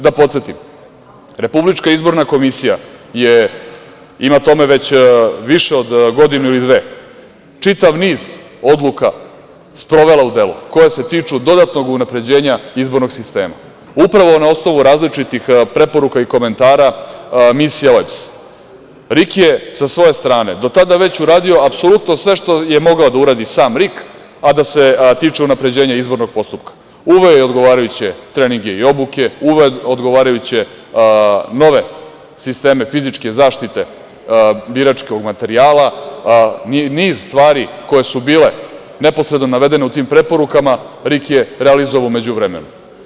Da podsetim, Republička izborna komisija je, ima tome već više od godinu ili dve, čitav niz odluka sprovela u delo, koje se tiču dodatnog unapređenja izbornog sistema, upravo na osnovu različitih preporuka i komentara misija OEBS, a RIK je sa svoje strane do tada već uradio apsolutno sve što je mogao da uradi sam RIK, a da se tiče unapređenja izbornog postupka - uveo je odgovarajuće treninge i obuke, uveo je odgovarajuće nove sisteme fizičke zaštite biračkog materijala, niz stvari koje su bile neposredno navedene u tim preporukama RIK je realizovao u međuvremenu.